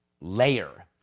layer